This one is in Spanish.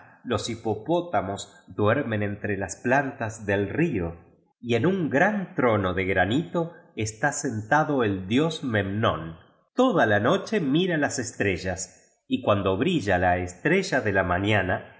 loa hipopótamos duermen cutre las plantas del río y cu un gran trono de granito está sentado el dios memnon toda la noche mira las estrellas y cuando brilla la estrella de la mañana